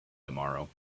tomorrow